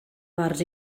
bars